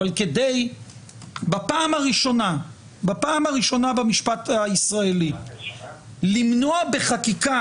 אבל בפעם הראשונה במשפט הישראלי למנוע בחקיקה